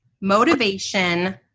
motivation